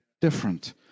different